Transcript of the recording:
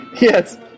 yes